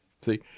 See